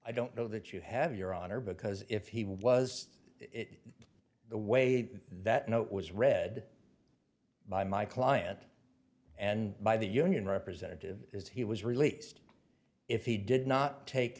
i don't know that you have your honor because if he was it the way that it was read by my client and by the union representative as he was released if he did not take